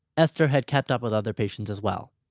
esther had kept up with other patients as well.